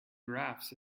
graphs